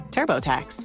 TurboTax